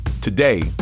Today